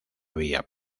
vía